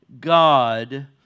God